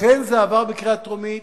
לכן זה עבר בקריאה טרומית